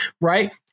Right